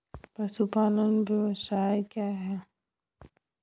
पशुपालन व्यवसाय क्या है?